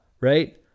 right